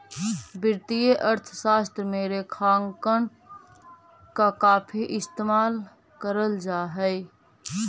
वित्तीय अर्थशास्त्र में रेखांकन का काफी इस्तेमाल करल जा हई